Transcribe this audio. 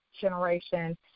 generation